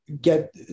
get